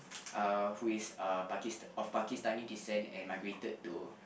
uh who is uh Pakis~ of Pakistani descent and migrated to